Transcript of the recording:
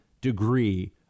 degree